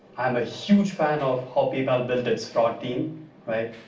i'm a huge fan of how paypal built its fraud team right?